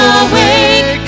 awake